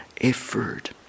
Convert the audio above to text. effort